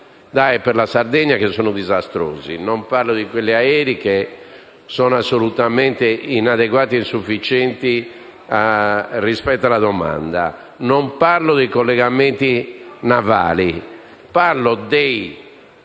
per la Sardegna, perché sono disastrosi; non parlo di quelli aerei, assolutamente inadeguati e insufficienti rispetto alla domanda; non parlo dei collegamenti navali. Parlo dei collegamenti